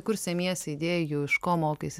kur semiesi idėjų iš ko mokaisi